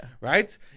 Right